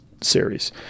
series